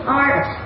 art